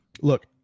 look